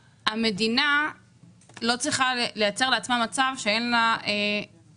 המדינה לא צריכה לייצר לעצמה מצב שאין לה רצון